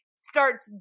starts